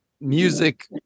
music